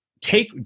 take